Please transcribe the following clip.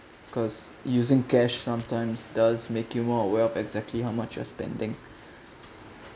cause using cash sometimes does make you more aware of exactly how much you're spending